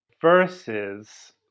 versus